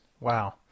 Wow